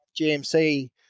GMC